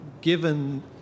given